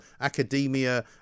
academia